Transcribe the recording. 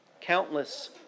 Countless